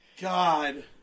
God